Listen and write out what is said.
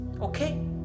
okay